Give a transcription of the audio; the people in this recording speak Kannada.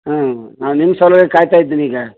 ಹಾಂ ನಾವು ನಿಮ್ಮ ಸಲುವಾಗಿ ಕಾಯ್ತಾ ಇದ್ದೀನಿ ಈಗ